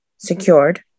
secured